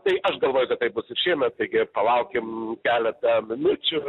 tai aš galvoju kad taip bus ir šiemet taigi palaukim keletą minučių